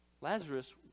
Lazarus